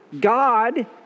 God